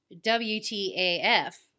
W-T-A-F